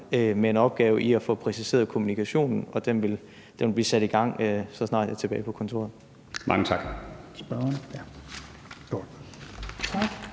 med en opgave i at få præciseret kommunikationen, og den vil blive sat i gang, så snart jeg er tilbage på kontoret. Kl.